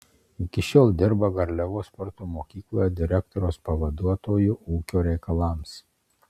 iki šiol dirba garliavos sporto mokykloje direktoriaus pavaduotoju ūkio reikalams